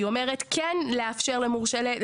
היא אומרת כן לאפשר למורשה להיתר.